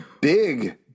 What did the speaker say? big